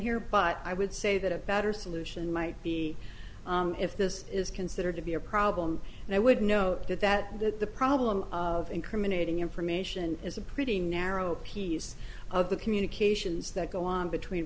here but i would say that a better solution might be if this is considered to be a problem and i would note that that that the problem of incriminating information is a pretty narrow piece of the communications that go on between